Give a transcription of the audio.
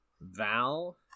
Val